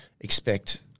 expect